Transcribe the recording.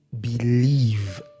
believe